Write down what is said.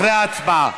אחרי ההצבעה.